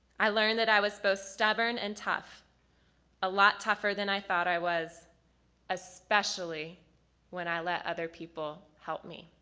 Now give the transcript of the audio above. i learned that i was both stubborn and tough a lot tougher than i thought i was especially when i let other people help me.